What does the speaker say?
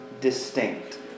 distinct